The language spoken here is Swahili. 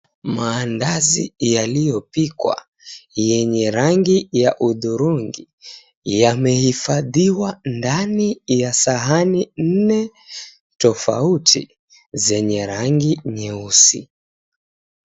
Maandazi yaliyopikwa yenye rangi ya hudhurungi yamehifadhiwa ndani ya sahani nne tofauti zenye rangi nyeusi.